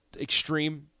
extreme